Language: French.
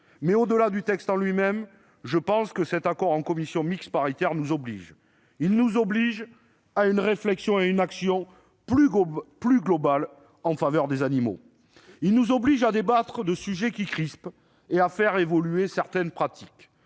Au-delà du texte en lui-même, je pense que cet accord en commission mixte paritaire nous oblige. Il nous oblige à une réflexion et à une action plus globale en faveur des animaux. Il nous oblige aussi à débattre de sujets qui crispent et à faire évoluer certaines pratiques.